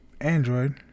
Android